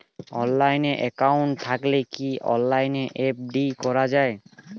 Online account থাকলে কি অনলাইনে এফ.ডি করা যায়?